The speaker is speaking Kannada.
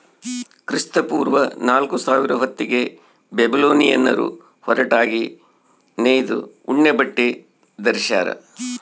ಕ್ರಿಸ್ತಪೂರ್ವ ನಾಲ್ಕುಸಾವಿರ ಹೊತ್ತಿಗೆ ಬ್ಯಾಬಿಲೋನಿಯನ್ನರು ಹೊರಟಾಗಿ ನೇಯ್ದ ಉಣ್ಣೆಬಟ್ಟೆ ಧರಿಸ್ಯಾರ